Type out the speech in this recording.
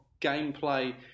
gameplay